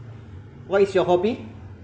what is your hobby